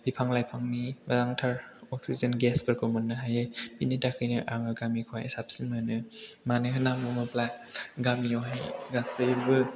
बिफां लाइफांनि मोजांथार अक्सिजेन गेस फोरखौ मोननो हायो बेनि थाखायनो आङो गामिखौहाय साबसिन मोनो होनना बुङोब्ला गामिआवहाय गासैबो